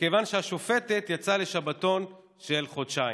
מכיוון שהשופטת יצאה לשבתון של חודשיים.